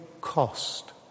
cost